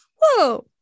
whoa